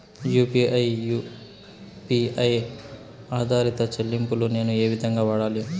UPI U P I ఆధారిత చెల్లింపులు నేను ఏ విధంగా వాడాలి?